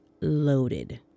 loaded